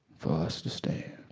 for us to stand.